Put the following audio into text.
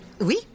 oui